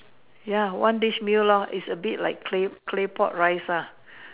ya one dish meal lor it's a bit like clay clay pot rice lah